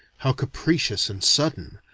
how capricious and sudden,